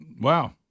Wow